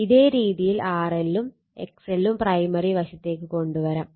ഇതേ രീതിയിൽ RL ഉം XL ഉം പ്രൈമറി വശത്തേക്ക് കൊണ്ട് വരാം